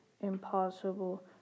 impossible